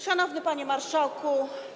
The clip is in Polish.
Szanowny Panie Marszałku!